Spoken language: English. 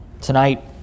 Tonight